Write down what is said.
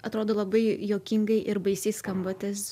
atrodo labai juokingai ir baisiai skamba tas